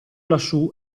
lassù